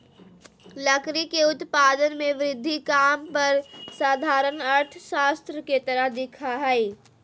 लकड़ी के उत्पादन में वृद्धि काम पर साधारण अर्थशास्त्र के तरह दिखा हइ